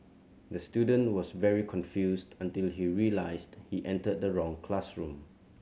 the student was very confused until he realised he entered the wrong classroom